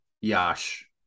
Yash